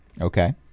Okay